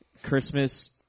Christmas